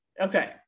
Okay